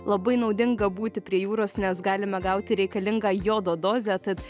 labai naudinga būti prie jūros nes galime gauti reikalingą jodo dozę tad